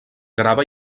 grava